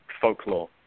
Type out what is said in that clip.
folklore